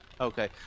Okay